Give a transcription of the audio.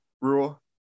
rule